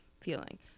feeling